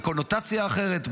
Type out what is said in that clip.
בקונוטציה אחרת,